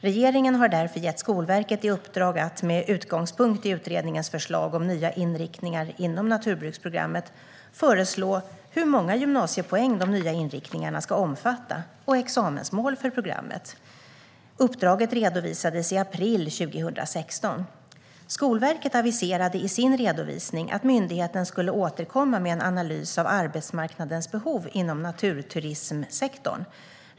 Regeringen har därför gett Skolverket i uppdrag att med utgångspunkt i utredningens förslag om nya inriktningar inom naturbruksprogrammet föreslå hur många gymnasiepoäng de nya inriktningarna ska omfatta och examensmål för programmet. Uppdraget redovisades i april 2016. Skolverket aviserade i sin redovisning att myndigheten skulle återkomma med en analys av arbetsmarknadens behov inom naturturismsektorn.